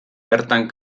bertan